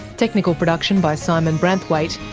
technical production by simon branthwaite,